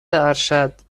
ارشد